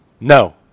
No